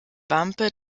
wampe